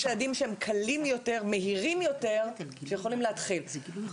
יש צעדים שהם קלים ומהירים יותר ואפשר להתחיל איתם.